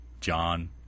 John